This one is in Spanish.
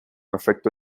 efecto